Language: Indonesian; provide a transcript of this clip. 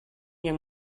yang